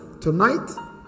tonight